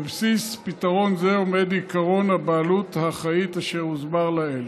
בבסיס פתרון זה עומד עקרון "הבעלות האחראית" אשר הוסבר לעיל.